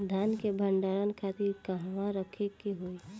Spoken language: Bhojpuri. धान के भंडारन खातिर कहाँरखे के होई?